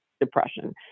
depression